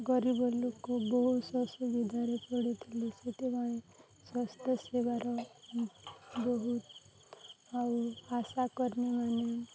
ଗରିବ ଲୋକ ବହୁତ ଅସୁବିଧାରେ ପଡ଼ିଥିଲେ ସେଥିପାଇଁ ସ୍ୱାସ୍ଥ୍ୟ ସେବାର ବହୁତ ଆଉ ଆଶାକର୍ମୀ ମାନେ